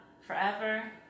forever